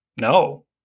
no